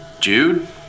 Jude